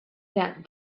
sat